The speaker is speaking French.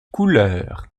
couleur